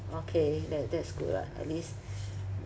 okay that that's good [what] at least